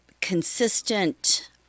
consistent